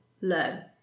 learn